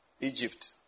Egypt